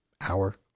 hour